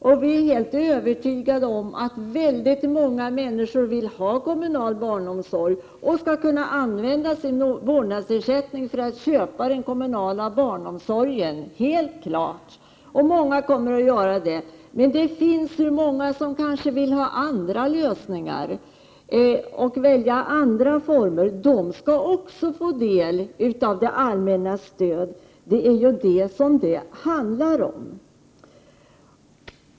Vi är helt övertygade om att väldigt många människor vill ha kommunal barnomsorg, och de skall kunna använda sin vårdnadsersättning för att köpa denna barnomsorg. Det är helt klart. Många kommer också att göra det. Men det finns ju många som vill ha andra lösningar och välja andra former. De måste ju också få del av det allmännas stöd. Det är det saken handlar om.